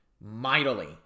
Mightily